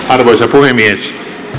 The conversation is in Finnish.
arvoisa puhemies